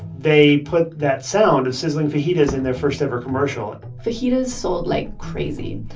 they put that sound of sizzling fajitas in their first-ever commercial fajitas sold like crazy.